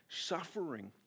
Suffering